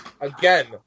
again